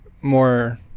more